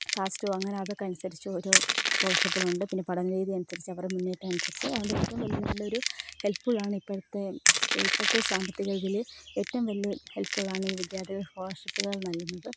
കാസ്റ്റും അങ്ങനെ അതൊക്കെ അനുസരിച്ച് ഓരോ സ്കോളർഷിപ്പുകളുണ്ട് പിന്നെ പഠനരീതി അനുസരിച്ച് അവരെ മുന്നേറ്റം അനുസരിച്ച് അത് ഏറ്റവും വലിയൊരു ഹെൽപ്പ്ഫുള്ളാണ് ഇപ്പോഴത്തെ സ്കൂൾ ഇപ്പോഴത്തെ സാമ്പത്തിക ഇതിൽ ഏറ്റവും വലിയ ഹെൽപ്പ്ഫുള്ളാണ് ഈ വിദ്യാർത്ഥികളുടെ സ്കോളർഷിപ്പുകൾ നൽകുന്നത്